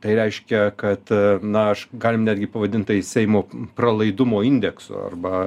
tai reiškia kad na aš galim netgi pavadint tai seimo pralaidumo indeksu arba